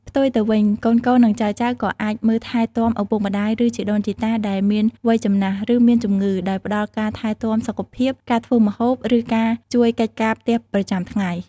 ផ្ទុយទៅវិញ កូនៗ និងចៅៗក៏អាចមើលថែទាំឪពុកម្តាយ ឬជីដូនជីតាដែលមានវ័យចំណាស់ ឬមានជំងឺ ដោយផ្តល់ការថែទាំសុខភាព ការធ្វើម្ហូប ឬការជួយកិច្ចការផ្ទះប្រចាំថ្ងៃ។